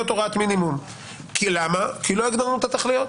הוראת מינימום כי לא הגדרנו את התכליות.